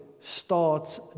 starts